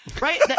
right